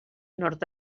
nord